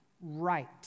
right